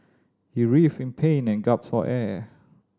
he writhed in pain and for air